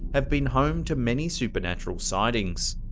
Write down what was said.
have been home to many supernatural sightings.